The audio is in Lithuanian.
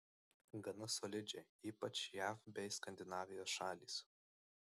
gana solidžiai ypač jav bei skandinavijos šalys